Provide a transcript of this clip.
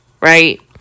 right